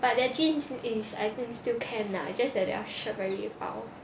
but their jeans is I think still can lah just that their shirt very 薄